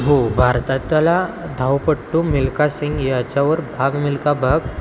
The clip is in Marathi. हो भारतातला धावपट्टू मिल्खा सिंग याच्यावर भाग मिल्खा भाग